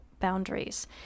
boundaries